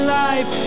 life